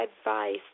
advice